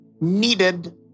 needed